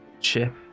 Chip